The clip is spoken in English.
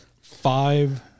Five